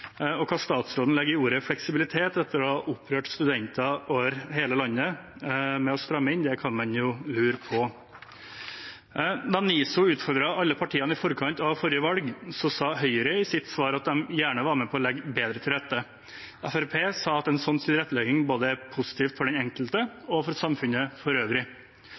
fleksibel. Hva statsråden legger i ordet «fleksibilitet», etter å ha opprørt studenter over hele landet ved å stramme inn, kan man jo lure på. Da NISO utfordret alle partiene i forkant av forrige valg, sa Høyre i sitt svar at de gjerne var med på å legge bedre til rette. Fremskrittspartiet sa at en slik tilrettelegging var positivt både for den enkelte og for samfunnet for øvrig.